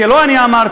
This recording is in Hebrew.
זה לא אני אמרתי,